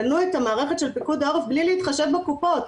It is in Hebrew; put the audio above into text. בנו את המערכת של פיקוד העורף בלי להתחשב בקופות.